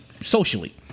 socially